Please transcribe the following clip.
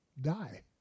Die